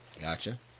Gotcha